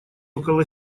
около